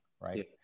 right